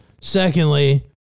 Secondly